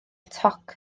toc